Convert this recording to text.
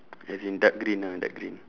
as in dark green ah dark green